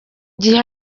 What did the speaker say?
gihe